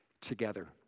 together